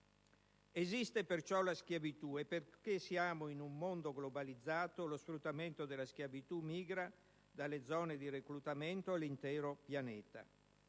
Esiste perciò la schiavitù e, poiché siamo in un mondo globalizzato, lo sfruttamento della schiavitù migra dalle zone di reclutamento all'intero pianeta.